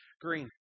green